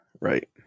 Right